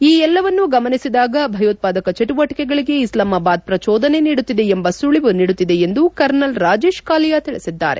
ಈ ಎಲ್ಲವನ್ನೂ ಗಮನಿಸಿದಾಗ ಭಯೋತ್ಪಾದಕ ಚಟುವಟಿಕೆಗಳಿಗೆ ಇಸ್ಲಮಾಬಾದ್ ಪ್ರಚೋದನೆ ನೀಡುತ್ತಿದೆ ಎಂಬ ಸುಳಿವು ನೀಡುತ್ತದೆ ಎಂದು ಕರ್ನಲ್ ರಾಜೇಶ್ ಕಾಲಿಯ ತಿಳಿಸಿದ್ದಾರೆ